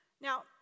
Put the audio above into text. Now